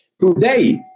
Today